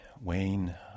Wayne